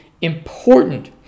important